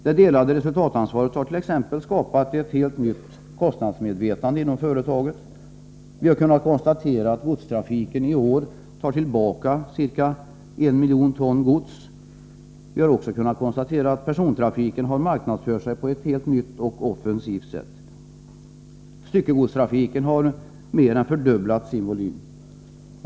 Det delade resultatansvaret hart.ex. skapat ett helt nytt kostnadsmedvetande inom företaget. Vi har kunnat konstatera att godstrafiken i år tar tillbaka ca 1 miljon ton gods. Vi har också kunnat konstatera att persontrafiken har marknadsfört sig på ett helt nytt och offensivt sätt. Styckegodstrafiken har mer än fördubblat sin volym.